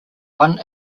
one